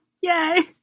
yay